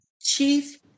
chief